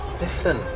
Listen